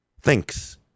thinks